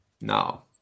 Now